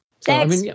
Thanks